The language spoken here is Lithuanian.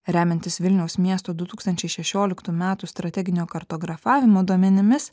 remiantis vilniaus miesto du tūkstančiai šešioliktų metų strateginio kartografavimo duomenimis